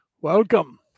Welcome